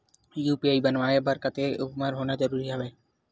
UPI बनवाय बर कतेक उमर होना जरूरी हवय?